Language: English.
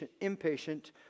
impatient